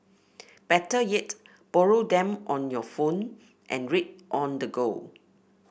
better yet borrow them on your phone and read on the go